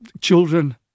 children